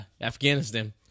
Afghanistan